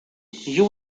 you